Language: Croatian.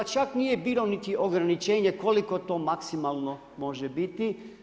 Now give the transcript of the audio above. Pa čak nije bilo ni ograničenje koliko to maksimalno može biti.